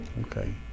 Okay